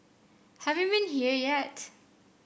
have you been here yet